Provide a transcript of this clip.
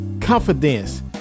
Confidence